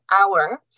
hour